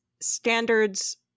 standards